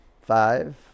Five